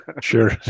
Sure